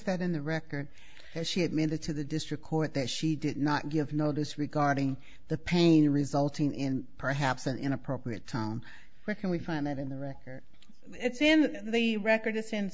that in the record has she admitted to the district court that she did not give notice regarding the pain resulting in perhaps an inappropriate town can we find that in the record it's in the record since it's in